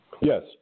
Yes